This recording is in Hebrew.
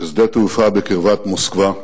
בשדה-תעופה בקרבת מוסקבה,